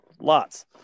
Lots